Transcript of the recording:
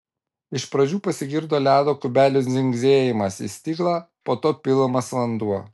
iš pradžių pasigirdo ledo kubelių dzingsėjimas į stiklą po to pilamas vanduo